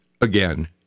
again